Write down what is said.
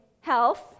health